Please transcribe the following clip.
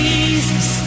Jesus